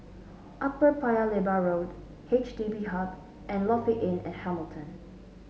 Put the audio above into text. Upper Paya Lebar Road H D B Hub and Lofi Inn at Hamilton